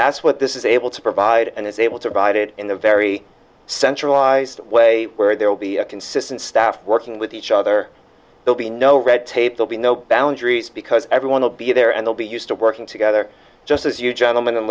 that's what this is able to provide and is able to provide it in a very centralized way where there will be a consistent staff working with each other will be no red tape they'll be no boundaries because everyone will be there and they'll be used to working together just as you gentlem